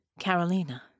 Carolina